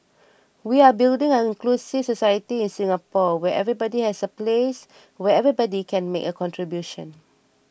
we are building an inclusive society in Singapore where everybody has a place where everybody can make a contribution